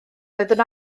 roeddwn